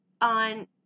on